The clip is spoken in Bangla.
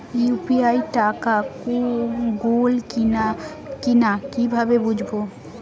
ইউ.পি.আই টাকা গোল কিনা কিভাবে বুঝব?